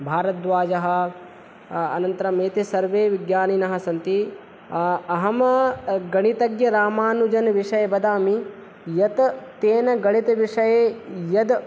भारद्वाजः अनन्तरम् एते सर्वे विज्ञानिनः सन्ति अहं गणितज्ञरामानुजन् विषये वदामि यत् तेन गणितविषये यद्